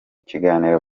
kiganiro